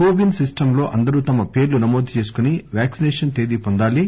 CoWIN system లో అందరు తమ పేర్లు నమోదు చేసుకుని వ్యాక్పినేషన్ తేదీ పొందాలి